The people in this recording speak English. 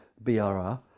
BRR